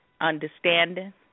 understanding